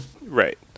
Right